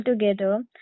together